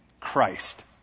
Christ